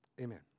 Amen